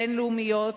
בין-לאומיות,